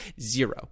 Zero